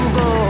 go